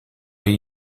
hay